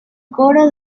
coro